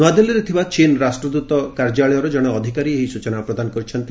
ନୂଆଦିଲ୍ଲୀରେ ଥିବା ଚୀନ୍ ରାଷ୍ଟ୍ରଦୃତ କାର୍ଯ୍ୟାଳୟର ଜଣେ ଅଧିକାରୀ ଏହି ସ୍ଚଚନା ପ୍ରଦାନ କରିଛନ୍ତି